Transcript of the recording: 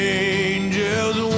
angels